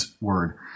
word